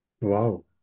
Wow